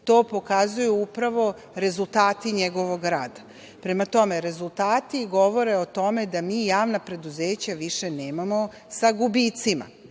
to pokazuju upravo rezultati njegovog rada. Prema tome, rezultati govore o tome da mi javna preduzeća više nemamo sa gubicima,